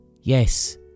yes